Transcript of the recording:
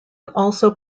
also